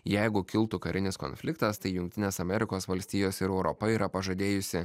jeigu kiltų karinis konfliktas tai jungtinės amerikos valstijos ir europa yra pažadėjusi